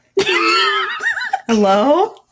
Hello